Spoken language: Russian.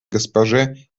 госпоже